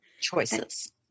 Choices